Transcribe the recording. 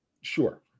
Sure